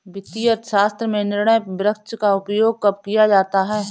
वित्तीय अर्थशास्त्र में निर्णय वृक्ष का उपयोग कब किया जाता है?